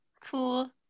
cool